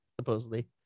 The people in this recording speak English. supposedly